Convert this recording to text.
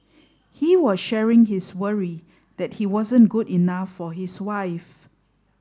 he was sharing his worry that he wasn't good enough for his wife